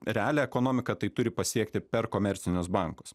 realią ekonomiką tai turi pasiekti per komercinius bankus